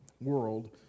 world